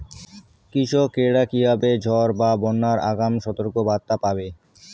কৃষকেরা কীভাবে ঝড় বা বন্যার আগাম সতর্ক বার্তা পাবে?